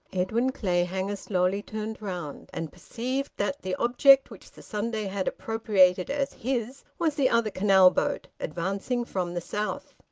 edwin clayhanger slowly turned round, and perceived that the object which the sunday had appropriated as his was the other canal-boat, advancing from the south.